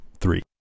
three